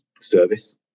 service